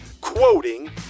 quoting